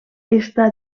està